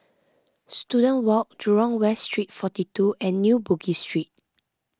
Student Walk Jurong West Street forty two and New Bugis Street